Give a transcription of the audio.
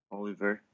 Oliver